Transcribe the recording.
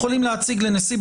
האישום,